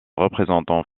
représentant